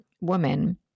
woman